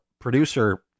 producer